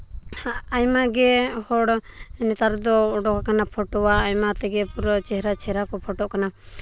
ᱟᱭᱢᱟ ᱜᱮ ᱦᱚᱲ ᱱᱮᱛᱟᱨ ᱫᱚ ᱚᱰᱚᱝ ᱠᱟᱱᱟ ᱯᱷᱳᱴᱳᱣᱟᱜ ᱚᱱᱟ ᱛᱮᱜᱮ ᱯᱩᱨᱟᱹ ᱪᱮᱦᱨᱟ ᱪᱮᱦᱨᱟ ᱠᱚ ᱯᱷᱳᱴᱳᱜ ᱠᱟᱱᱟ